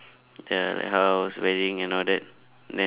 their like house wedding and all that then